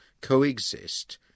coexist